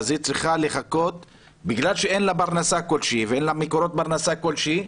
היא צריכה לחכות בגלל שאין לה פרנסה כלשהי ואין לה מקורות פרנסה כלשהם,